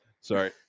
Sorry